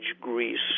Greece